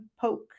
Poke